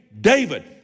David